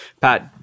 pat